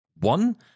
One